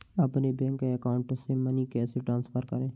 अपने bank account से money कैसे ट्रांसफर करें?